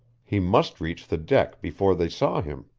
he must reach the deck before they saw him.